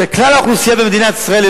של כלל האוכלוסייה במדינת ישראל,